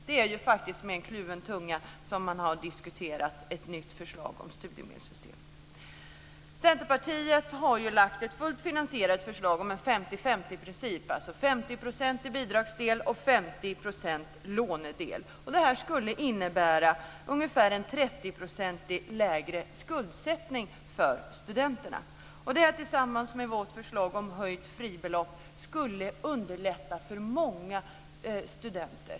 Det är med en kluven tunga som man har diskuterat ett nytt förslag till studiemedelssystem. Centerpartiet har lagt fram ett fullt finansierat förslag om en 50-50-princip, dvs. en 50-procentig bidragsdel och en 50-procentig lånedel. Detta skulle innebära en ungefärlig 30-procentig lägre skuldsättning för studenterna. Detta skulle, tillsammans med vårt förslag om höjt fribelopp, underlätta för många studenter.